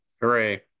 Hooray